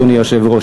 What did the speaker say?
אדוני היושב-ראש,